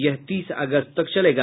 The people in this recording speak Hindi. यह तीस अगस्त तक चलेगा